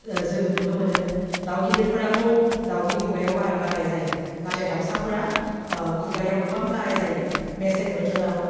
जोङो नुनो मोनो दाउ गिदिरफोराथ' दाउनि खुगायाव बारा गाराइ जाया नाथाय दाउसाफोरा खुगायाव गोबां गाराय जायो मेसें बोथोराव